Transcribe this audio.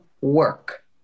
work